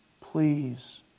Please